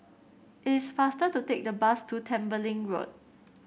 it is faster to take the bus to Tembeling Road